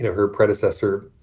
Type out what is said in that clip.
her predecessor,